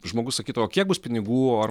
žmogus sakytų o kiek bus pinigų ar